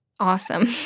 awesome